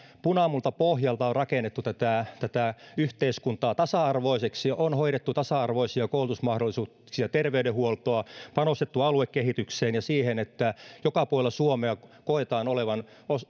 punamultapohjalta on rakennettu tätä tätä yhteiskuntaa tasa arvoiseksi on hoidettu tasa arvoisia koulutusmahdollisuuksia terveydenhuoltoa panostettu aluekehitykseen ja siihen että joka puolella suomea koetaan olevan